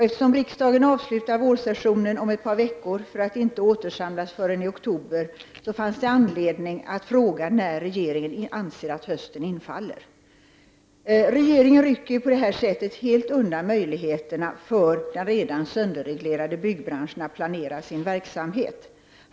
Eftersom riksmötet avslutas om ett par veckor och riksdagen inte återsamlas förrän i oktober fanns det anledning att fråga när regeringen anser att hösten infaller. Regeringen rycker på det här sättet fullständigt undan möjligheterna för den helt sönderreglerade byggbranschen att planera sin verksamhet.